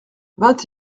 vingt